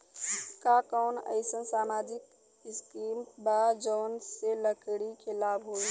का कौनौ अईसन सामाजिक स्किम बा जौने से लड़की के लाभ हो?